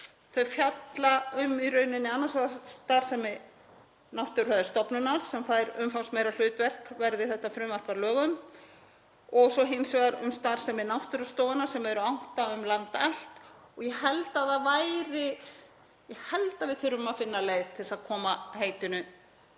lög fjalla í rauninni annars vegar um starfsemi Náttúrufræðistofnunar, sem fær umfangsmeira hlutverk verði þetta frumvarp að lögum, og svo hins vegar um starfsemi náttúrustofanna sem eru átta um land allt. Ég held að við þurfum að finna leið til þess að koma heitinu